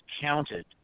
counted